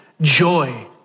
joy